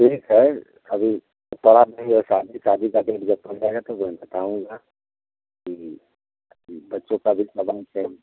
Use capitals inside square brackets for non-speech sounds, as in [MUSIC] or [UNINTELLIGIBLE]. ठीक है अभी पड़ा नहीं है शादी शादी का डेट जब पड़ेगा तो में बताऊँगा बच्चों का भी [UNINTELLIGIBLE]